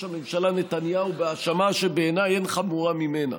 הממשלה נתניהו בהאשמה שבעיניי אין חמורה ממנה,